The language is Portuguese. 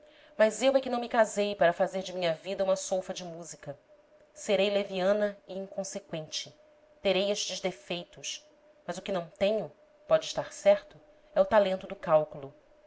mas eu é que não me casei para fazer de minha vida uma solfa de música serei leviana e inconseqüente terei estes defeitos mas o que não tenho pode estar certo é o talento do cálculo